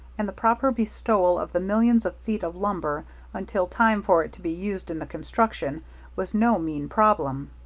and the proper bestowal of the millions of feet of lumber until time for it to be used in the construction was no mean problem.